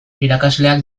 irakasleak